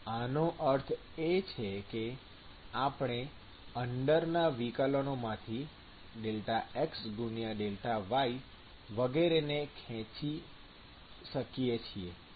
આનો અર્થ એ છે કે આપણે અંદરના વિકલનોમાંથી ΔxΔy વગેરેને ખેંચી શકીએ છીએ